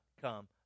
come